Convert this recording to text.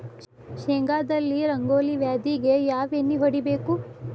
ಶೇಂಗಾದಲ್ಲಿ ರಂಗೋಲಿ ವ್ಯಾಧಿಗೆ ಯಾವ ಎಣ್ಣಿ ಹೊಡಿಬೇಕು?